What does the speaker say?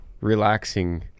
relaxing